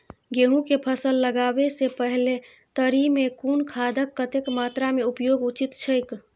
गेहूं के फसल लगाबे से पेहले तरी में कुन खादक कतेक मात्रा में उपयोग उचित छेक?